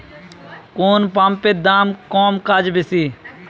কোন পাম্পের দাম কম কাজ বেশি?